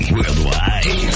Worldwide